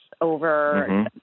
over